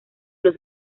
los